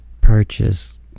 Purchase